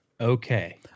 okay